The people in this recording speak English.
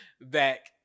back